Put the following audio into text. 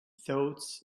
thoughts